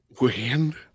Wind